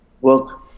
work